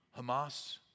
Hamas